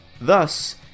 Thus